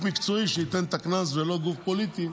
מקצועי שייתן את הקנס ולא גוף פוליטי,